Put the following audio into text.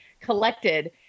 collected